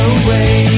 away